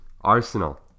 Arsenal